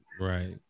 right